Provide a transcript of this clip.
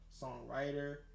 songwriter